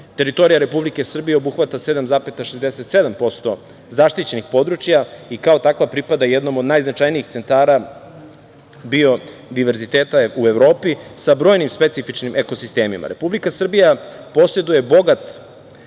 Teritorija Republike Srbije obuhvata 7,67% zaštićenih područja i kao takva, pripada jednom od najznačajnijih centara biodiverziteta u Evropi, sa brojnim specifičnim ekosistemima. Republika Srbija poseduje bogat